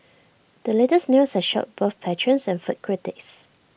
the latest news has shocked both patrons and food critics